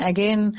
Again